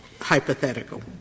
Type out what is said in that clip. hypothetical